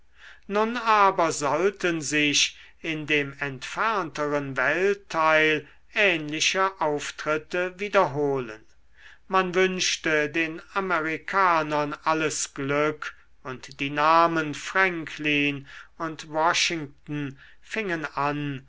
nun aber sollten sich in dem entfernteren weltteil ähnliche auftritte wiederholen man wünschte den amerikanern alles glück und die namen franklin und washington fingen an